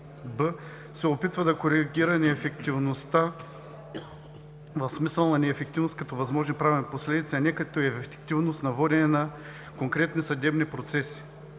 60б се опитва да коригира неефективността, в смисъл на ефективност като възможни правни последици, а не като ефективност на водене на конкретни съдебни процеси.